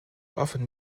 often